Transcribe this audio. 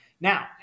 Now